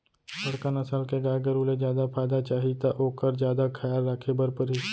बड़का नसल के गाय गरू ले जादा फायदा चाही त ओकर जादा खयाल राखे बर परही